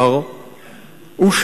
הוא,